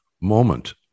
moment